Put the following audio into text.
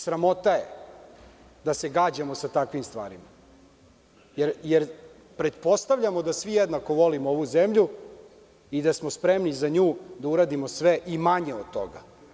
Sramota je da se gađamo sa takvim stvarima, jer pretpostavljamo da svi jednako volimo ovu zemlju i da smo spremni za nju da uradimo sve i manje od toga.